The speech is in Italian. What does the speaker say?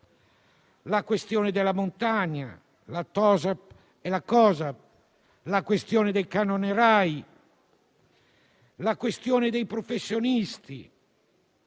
la questione della montagna, la TOSAP e la COSAP, la questione del canone RAI, la questione dei professionisti,